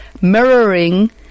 mirroring